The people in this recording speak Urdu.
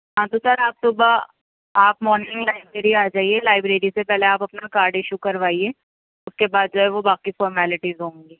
ہاں تو سر آپ صبح آپ مارننگ لائبریری آ جائیے لائبریری سے پہلے آپ اپنا کارڈ ایشو کروائیے اس کے بعد جو ہے وہ باقی فارملیٹیز ہوں گی